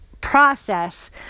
process